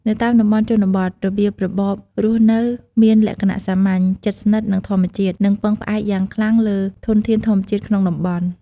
នៅតាមតំបន់ជនបទ របៀបរបបរស់នៅមានលក្ខណៈសាមញ្ញ ជិតស្និទ្ធនឹងធម្មជាតិ និងពឹងផ្អែកយ៉ាងខ្លាំងលើធនធានធម្មជាតិក្នុងតំបន់។